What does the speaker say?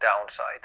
downside